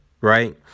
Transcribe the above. right